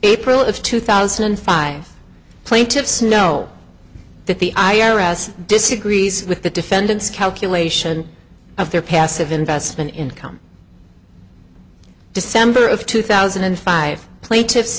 april of two thousand and five plaintiffs know that the i r s disagrees with the defendant's calculation of their passive investment income december of two thousand and five plaintiffs